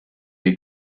est